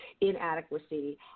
inadequacy